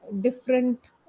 different